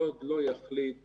מצד אחד יש לך תקיפה,